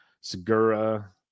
Segura